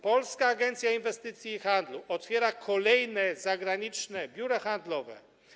Polska Agencja Inwestycji i Handlu otwiera kolejne zagraniczne biura handlowe.